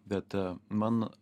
bet man